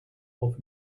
auf